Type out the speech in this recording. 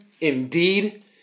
indeed